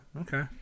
Okay